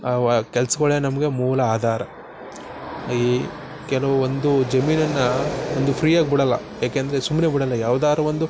ಅವು ಕೆಲ್ಸಗಳೇ ನಮಗೆ ಮೂಲ ಆಧಾರ ಈ ಕೆಲವು ಒಂದು ಜಮೀನನ್ನು ಒಂದು ಫ್ರೀ ಆಗಿ ಬಿಡಲ್ಲ ಏಕೆಂದರೆ ಸುಮ್ಮನೆ ಬಿಡಲ್ಲ ಯಾವುದಾರೂ ಒಂದು